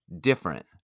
different